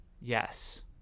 yes